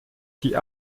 die